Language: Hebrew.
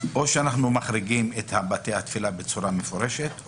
או שאנחנו מחריגים את בתי התפילה בצורה מפורשת,